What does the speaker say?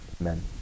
Amen